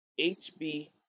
HB